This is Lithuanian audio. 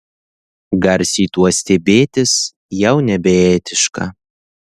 garsiai tuo stebėtis jau nebeetiška